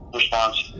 response